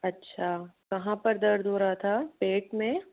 अच्छा कहाँ पर दर्द हो रहा था पेट में